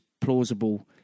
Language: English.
plausible